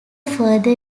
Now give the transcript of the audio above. further